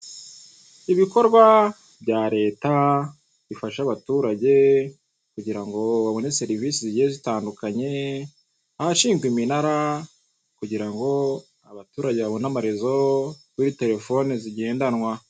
Ibikorwa bya Leta bifasha abaturage kugira ngo banone serivise zigiye zitandukanye, ahashingwa iminara kugira ngo abaturange babone amalezo yo kuri telefone zigendanwa.